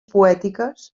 poètiques